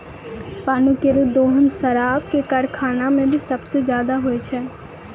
पानी केरो दोहन शराब क कारखाना म भी सबसें जादा होय छै